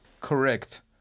correct